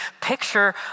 picture